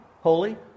Holy